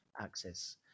Access